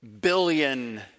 billion